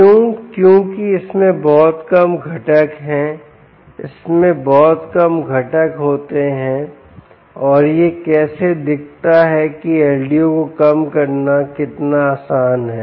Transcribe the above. क्यों क्योंकि इसमें बहुत कम घटक हैं इसमें बहुत कम घटक होते हैं और यह कैसे दिखता है कि एलडीओ को कम करना कितना आसान है